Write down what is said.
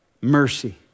Mercy